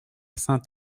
saint